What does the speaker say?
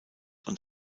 und